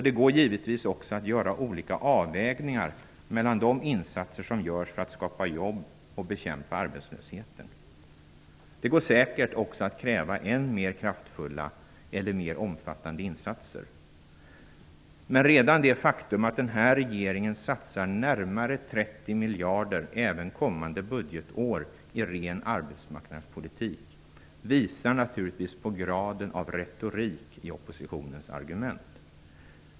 Det går givetvis att göra olika avvägningar mellan de insatser som görs för att skapa jobb och bekämpa arbetslösheten. Det går säkert också att kräva än mer kraftfulla eller mer omfattande insatser. Men redan det faktum att den här regeringen satsar närmare 30 miljarder även kommande budgetår i ren arbetsmarknadspolitik visar naturligtvis på graden av retorik i oppositionens argument.